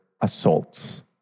assaults